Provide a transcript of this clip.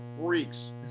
freaks